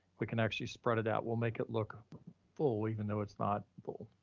we can actually spread it out. we'll make it look full, even though it's not full.